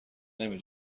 نمی